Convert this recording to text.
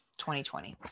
2020